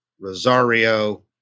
Rosario